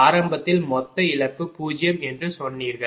ஆரம்பத்தில் மொத்த இழப்பு 0 என்று சொன்னீர்கள்